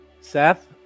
Seth